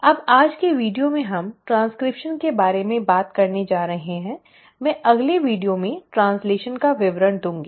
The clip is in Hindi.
अब आज के वीडियो में हम ट्रांसक्रिप्शन के बारे में बात करने जा रहे हैं मैं अगले वीडियो में ट्रैन्ज़्लैशन का विवरण दूंगी